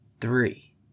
three